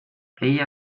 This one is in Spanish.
ella